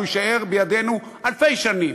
הוא יישאר בידינו אלפי שנים,